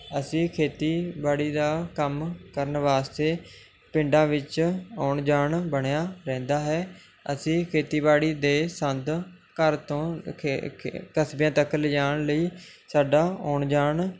ਅਸੀਂ ਖੇਤੀਬਾੜੀ ਦਾ ਕੰਮ ਕਰਨ ਵਾਸਤੇ ਪਿੰਡਾਂ ਵਿੱਚ ਆਉਣ ਜਾਣ ਬਣਿਆ ਰਹਿੰਦਾ ਹੈ ਅਸੀਂ ਖੇਤੀਬਾੜੀ ਦੇ ਸੰਦ ਘਰ ਤੋਂ ਖੇ ਖੇ ਕਸਬਿਆਂ ਤੱਕ ਲਿਜਾਣ ਲਈ ਸਾਡਾ ਆਉਣ ਜਾਣ